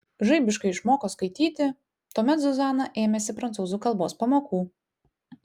žaibiškai išmoko skaityti tuomet zuzana ėmėsi prancūzų kalbos pamokų